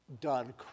Done